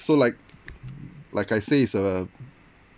so like like I say it's a